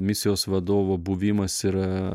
misijos vadovo buvimas yra